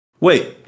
Wait